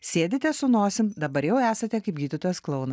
sėdite su nosim dabar jau esate kaip gydytojas klounas